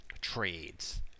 trades